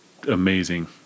Amazing